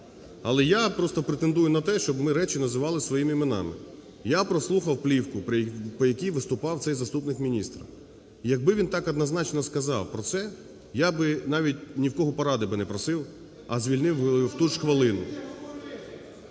але я просто претендую на те, щоб ми речі називали своїми іменами. Я прослухав плівку, по якій виступав цей заступник міністра. Як би він так однозначно сказав про це, я би навіть ні у кого поради би не просив, а звільнив у ту ж хвилину.